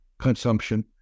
consumption